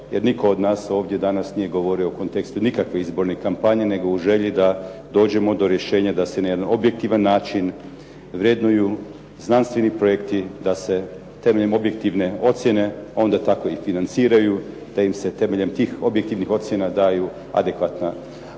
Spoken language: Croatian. jer nitko od nas ovdje danas nije govorio u kontekstu nikakve izborne kampanje, nego u želji da dođemo do rješenja da se na jedan objektivan način vrednuju znanstveni projekti, da se temeljem objektivne ocjene onda tako i financiraju, da im se temeljem tih objektivnih ocjena daju adekvatna oprema,